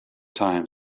times